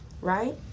right